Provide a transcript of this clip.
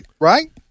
right